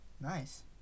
Nice